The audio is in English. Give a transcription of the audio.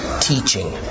teaching